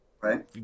Right